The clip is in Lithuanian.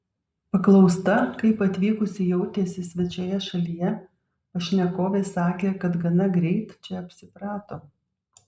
paklausta kaip atvykusi jautėsi svečioje šalyje pašnekovė sakė kad gana greit čia apsiprato